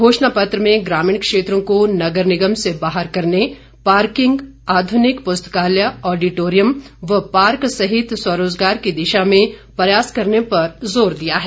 घोषणा पत्र में ग्रामीण क्षेत्रों को नगर निगम से बाहर करने पार्किंग आधुनिक पुस्तकाल्य ऑडीटोरियम पार्क सहित स्वरोजगार की दिशा में प्रयास करने पर जोर दिया है